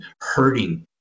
hurting